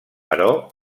però